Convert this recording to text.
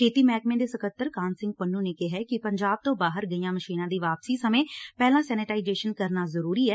ਖੇਤੀ ਮਹਿਕਮੇ ਦੇ ਸਕੱਤਰ ਕਾਹਨ ਸਿੰਘ ਪੰਨੂ ਨੇ ਕਿਹੈ ਕਿ ਪੰਜਾਬ ਤੋਂ ਬਾਹਰ ਗਈਆਂ ਮਸ਼ੀਨਾਂ ਦੀ ਵਾਪਸੀ ਸਮੇਂ ਪਹਿਲਾਂ ਸੈਨੇਟਾਈਜੇਸ਼ਨ ਕਰਨਾ ਜ਼ਰੂਰੀ ਐ